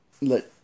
let